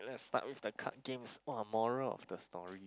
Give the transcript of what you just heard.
let's start with the card games !wah! moral of the story